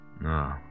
No